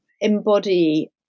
embody